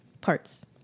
parts